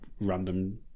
random